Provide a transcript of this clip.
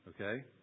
Okay